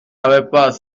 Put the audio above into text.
avait